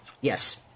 Yes